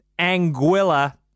Anguilla